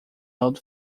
old